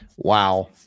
Wow